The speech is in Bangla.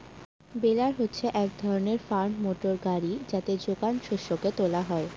বেলার হচ্ছে এক ধরনের ফার্ম মোটর গাড়ি যাতে যোগান শস্যকে তোলা হয়